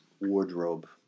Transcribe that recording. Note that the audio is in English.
wardrobe